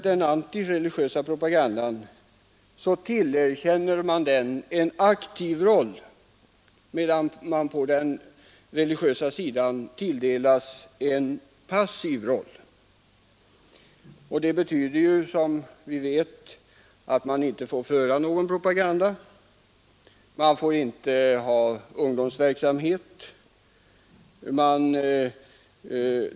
Den antireligiösa propagandan tilldelas en aktiv roll, medan den religiösa sidan tilldelas en passiv roll. Det betyder som vi vet att man inte får föra någon religiös propaganda. Man får inte bedriva ungdomsverksamhet.